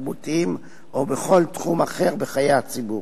התרבותיים או בכל תחום אחר בחיי הציבור".